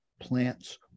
plants